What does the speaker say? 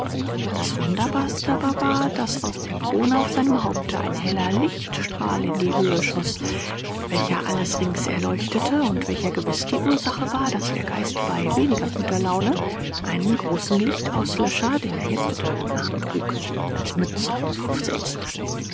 das wunderbarste aber war daß aus der krone auf seinem haupte ein heller lichtstrahl in die höhe schoß welcher alles rings erleuchtete und welcher gewiß die ursache war daß der geist bei weniger guter laune einen großen lichtauslöscher den er jetzt unter dem arme trug als mütze aufsetzte